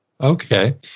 Okay